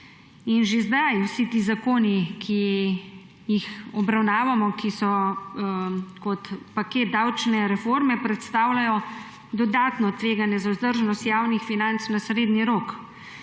Že zdaj vsi ti zakoni, ki jih obravnavamo, ki so kot paket davčne reforme, predstavljajo dodatno tveganje za vzdržnost javnih financ na srednji rok,